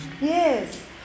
Yes